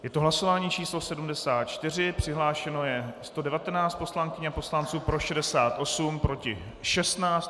Je to hlasování číslo 74, přihlášeno je 119 poslankyň a poslanců, pro 68, proti 16.